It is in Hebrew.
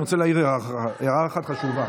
אני רוצה להעיר הערה אחת חשובה.